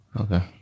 Okay